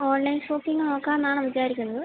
online shopping നോക്കാമെന്നാണ് വിചാരിക്കുന്നത്